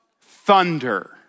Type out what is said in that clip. thunder